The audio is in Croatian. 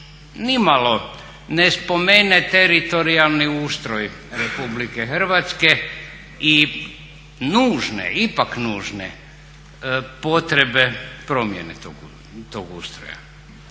nimalo ne spomene teritorijalni ustroj Republike Hrvatske i nužne, ipak nužne potrebe promjene tog ustroja.